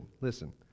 Listen